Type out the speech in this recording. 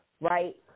right